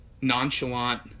nonchalant